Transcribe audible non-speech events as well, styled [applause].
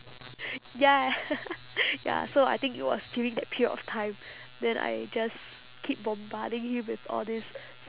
ya [noise] ya so I think it was during that period of time then I just keep bombarding him with all these